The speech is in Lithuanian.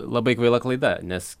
labai kvaila klaida nes